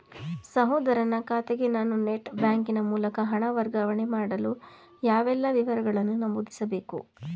ಸಹೋದರನ ಖಾತೆಗೆ ನಾನು ನೆಟ್ ಬ್ಯಾಂಕಿನ ಮೂಲಕ ಹಣ ವರ್ಗಾವಣೆ ಮಾಡಲು ಯಾವೆಲ್ಲ ವಿವರಗಳನ್ನು ನಮೂದಿಸಬೇಕು?